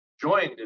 joined